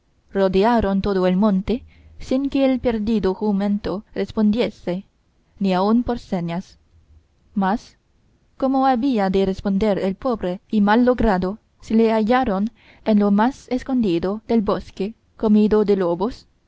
rodearon todo el monte sin que el perdido jumento respondiese ni aun por señas mas cómo había de responder el pobre y mal logrado si le hallaron en lo más escondido del bosque comido de lobos